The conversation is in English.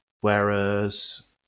Whereas